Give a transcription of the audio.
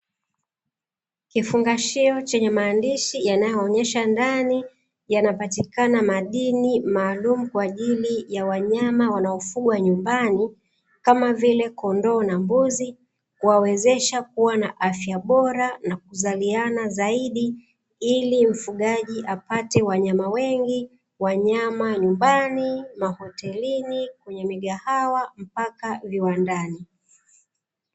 Kifungashio chenye maandishi yanayoonyesha ndani yanapatikana madini maalumu kwaajili ya wanyama wanaofugwa nyumbani kama vile kondoo na mbuzi, kuwawezesha kuwa na afya bora na kuzaliana zaidi ili mfugaji apate wanyama wengi wa nyama nyumbani, mahotelini kwenye migahawa mpaka viwandani .